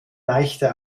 leichte